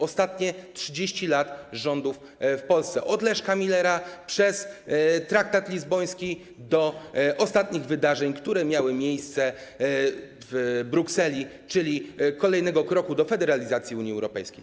Ostatnie 30 lat rządów w Polsce: od Leszka Millera przez traktat lizboński do ostatnich wydarzeń, które miały miejsce w Brukseli, czyli do kolejnego kroku do federalizacji Unii Europejskiej.